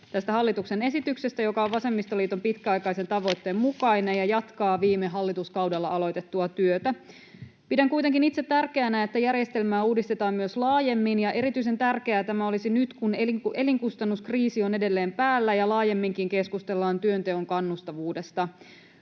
hallituksen esityksestä, joka on vasemmistoliiton pitkäaikaisen tavoitteen mukainen ja jatkaa viime hallituskaudella aloitettua työtä. Pidän kuitenkin itse tärkeänä, että järjestelmää uudistetaan myös laajemmin, ja erityisen tärkeää tämä olisi nyt, kun elinkustannuskriisi on edelleen päällä ja laajemminkin keskustellaan työnteon kannustavuudesta.